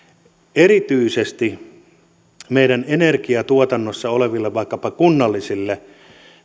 erityisesti meidän energiatuotannossa oleville vaikkapa kunnallisille